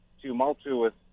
tumultuous